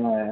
হ্যাঁ